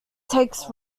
takes